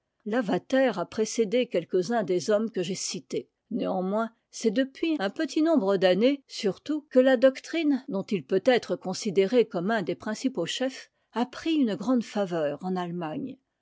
lavater a précédé quelques-uns des hommes que j'ai cités néanmoins c'est depuis un petit nombre d'années surtout que la doctrine dont il peut être considéré comme un des principaux chefs a pris une grande faveur en allemagne